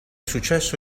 successo